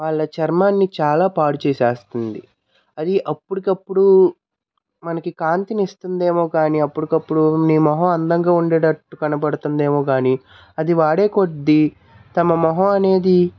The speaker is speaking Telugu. వాళ్ళ చర్మాన్ని చాలా పాడు చేసేస్తుంది అది అప్పటికప్పుడు మనకి కాంతినిస్తుందేమో కాని అప్పటికప్పుడు మీ మొహం అందంగా ఉండేటట్టు కనపడుతుందేమో కానీ అది వాడే కొద్ది తమ మొహం అనేది